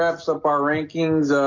up so up our rankings